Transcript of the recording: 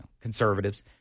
conservatives